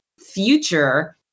future